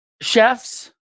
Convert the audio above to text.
chefs